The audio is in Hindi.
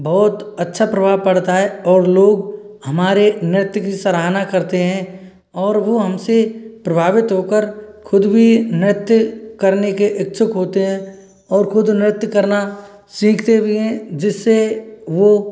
बहुत अच्छा प्रभाव पड़ता है और लोग हमारे नृत्य की सराहना करते हैं और वह हमसे प्रभावित होकर खुद भी नृत्य करने के इच्छुक होते हैं और खुद नृत्य करना सीखते भी हैं जिससे वह